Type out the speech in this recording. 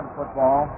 football